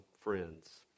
friends